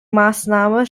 maßnahmen